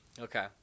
Okay